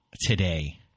today